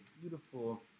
beautiful